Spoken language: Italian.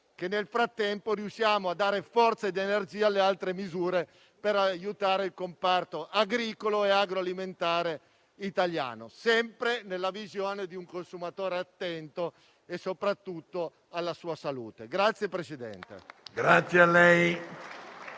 che nel frattempo si riesca a dare forza ed energia alle altre misure per aiutare il comparto agricolo e agroalimentare italiano, sempre nella visione di un consumatore attento soprattutto alla sua salute.